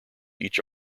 each